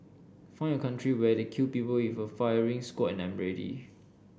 find a country where they kill people with a firing squad and I'm ready